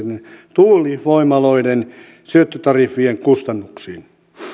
tuulivoimaloiden syöttötariffien kustannuksiin